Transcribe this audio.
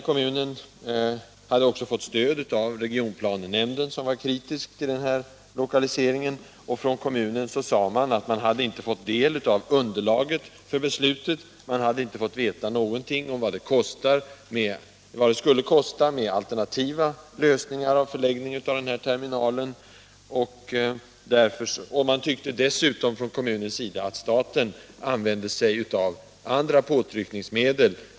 Kommunen hade fått stöd av regionplanenämnden, som ställde sig kritisk till lokaliseringen. Kommunens representanter sade, att man inte hade fått del av underlaget för beslutet, och att man inte hade fått veta någonting om vad alternativa lösningar skulle kosta. Man tyckte dessutom i kommunen att staten använde sig av andra påtryckningsmedel.